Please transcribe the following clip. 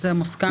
זה מוסכם.